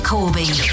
Corby